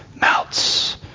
melts